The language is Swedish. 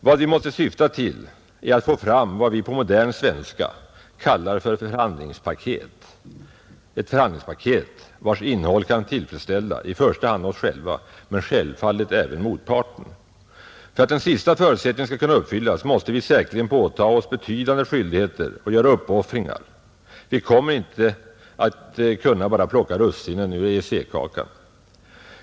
Vad vi måste syfta till är att få fram vad vi på modern svenska kallar för ett förhandlingspaket, vars innehåll kan tillfredsställa i första hand oss själva, men självklart även motparten. För att den sista förutsättningen skall kunna uppfyllas måste vi säkerligen påtaga oss betydande skyldigheter att göra uppoffringar. Vi kommer inte att kunna bara plocka russinen ur EEC-kakan.